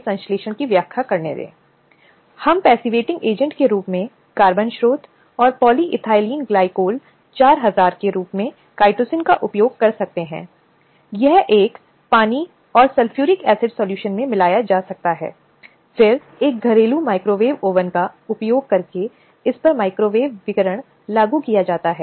हो सकता है कि किसी महिला बॉस या किसी अन्य पुरुष द्वारा कार्यस्थल के भीतर उत्पीड़न या दुर्व्यवहार की घटनाएं हुई हों हालांकि कई अन्य सामान्य कानून भी हो सकते हैं जो ऐसी स्थिति में लागू किए जा सकते हैं लेकिन 2013 का अधिनियम यह विशेष रूप से सुरक्षा के लिए है